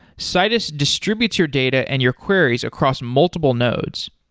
citus distributes your data and your queries across multiple nodes.